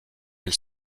elle